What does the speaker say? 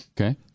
Okay